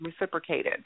reciprocated